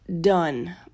done